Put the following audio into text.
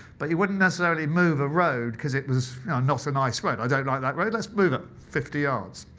but you wouldn't necessarily move a road because it was not a nice road. i don't like that road, let's move it fifty yards.